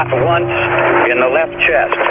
ah once in the left yeah